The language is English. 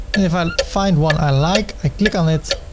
and if i find one, i like, i click on it.